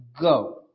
go